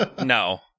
no